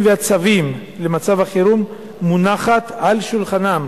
והצווים למצב החירום מונחת על שולחנם.